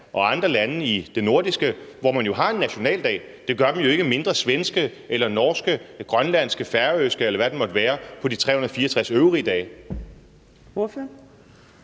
og andre lande i det nordiske, hvor man jo har en nationaldag. Det gør dem jo ikke mindre svenske, norske, grønlandske, færøske, eller hvad det måtte være, på de 364 øvrige dage.